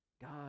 God